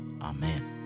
Amen